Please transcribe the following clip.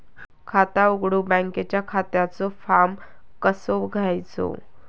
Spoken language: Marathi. खाता उघडुक बँकेच्या खात्याचो फार्म कसो घ्यायचो?